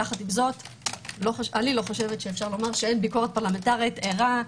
יחד עם זאת אני לא חושבת שאפשר לומר שאין ביקורת פרלמנטרית ערה,